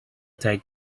take